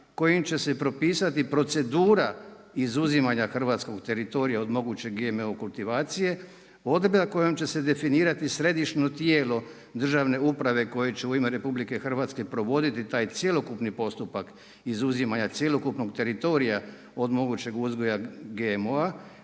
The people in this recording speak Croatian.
kojim će se propisati procedura izuzimanja hrvatskog teritorija od moguće GMO kultivacije. Odredba kojom će se definirati središnje tijelo državne uprave koje će u ime RH provoditi taj cjelokupni postupak izuzimanja cjelokupnog teritorija od mogućeg uzgoja GMO-a,